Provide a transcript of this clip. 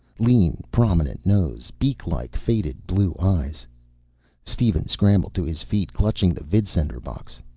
lean, prominent nose, beak-like, faded blue eyes steven scrambled to his feet, clutching the vidsender box.